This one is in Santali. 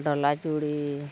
ᱰᱟᱞᱟ ᱪᱩᱲᱤ